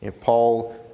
Paul